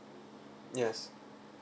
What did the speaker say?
yes